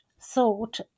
thought